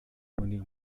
түүнийг